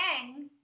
hang